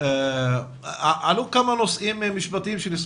נושאים משפטיים.